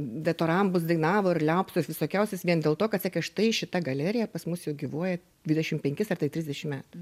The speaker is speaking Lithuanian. detorambus dainavo ir liaupses visokiausias vien dėl to kad sakė štai šita galerija pas mus jau gyvuoja dvidešim penkis ar tai trisdešim metų